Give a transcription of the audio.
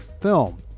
film